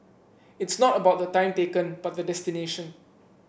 it's not about the time taken but the destination